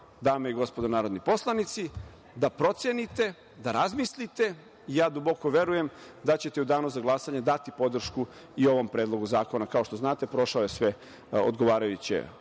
dame i gospodo narodni poslanici, da procenite, da razmislite. Ja duboko verujem da ćete u Danu za glasanje dati podršku i ovom Predlogu zakona. Kao što znate, prošao je sve odgovarajuće